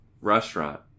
restaurant